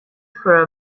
for